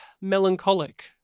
melancholic